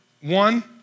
one